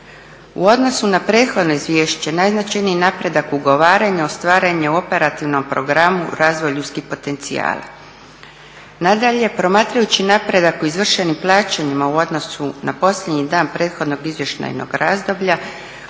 U odnosu na prethodno izvješće najznačajniji napredak ugovaranja ostvaren je u operativnom Programu Razvoj ljudskih potencijala. Nadalje, promatrajući napredak o izvršenim plaćanjima u odnosu na posljednji dan prethodnog izvještajnog razdoblja